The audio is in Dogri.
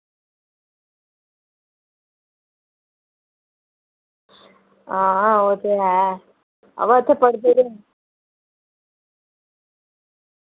हां ओह् ते ऐ हां वा इत्थै पढ़दे ते